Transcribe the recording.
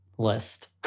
list